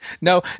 No